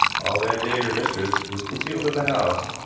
all that day her mistress was concealed in the house,